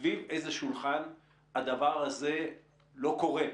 סביב איזה שולחן הדבר לא קורה,